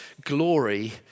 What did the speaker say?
glory